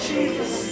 Jesus